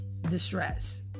distress